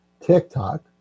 TikTok